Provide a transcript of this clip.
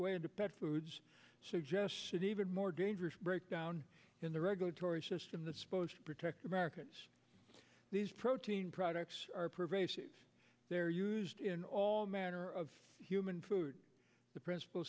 into pet foods suggests an even more dangerous breakdown in the regulatory system the supposed to protect america these protein products are pervasive they're used in all manner of human food the principal